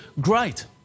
great